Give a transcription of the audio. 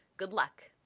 good luck!